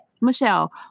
Michelle